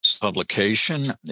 publication